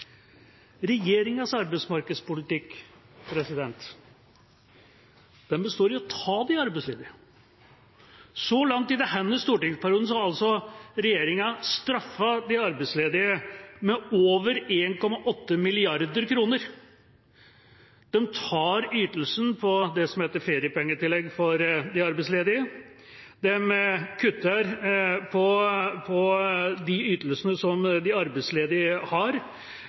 Regjeringas arbeidsmarkedspolitikk består i å ta de arbeidsledige. Så langt i denne stortingsperioden har altså regjeringa straffet de arbeidsledige med over 1,8 mrd. kr. De tar ytelsen på det som heter feriepengetillegg for de arbeidsledige, de kutter på de ytelsene som de arbeidsledige har,